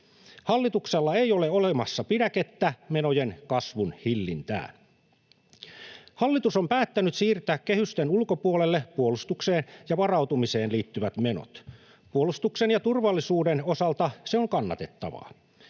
Hallituksella ei ole olemassa pidäkettä menojen kasvun hillintään. Hallitus on päättänyt siirtää kehysten ulkopuolelle puolustukseen ja varautumiseen liittyvät menot. Puolustuksen ja turvallisuuden osalta se on kannatettavaa.